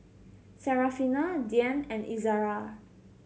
Syarafina Dian and Izara